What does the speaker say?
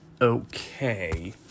okay